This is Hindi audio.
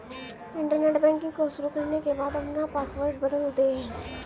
इंटरनेट बैंकिंग को शुरू करने के बाद अपना पॉसवर्ड बदल दे